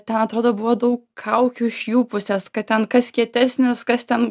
ten atrodo buvo daug kaukių iš jų pusės kad ten kas kietesnis kas ten